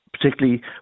particularly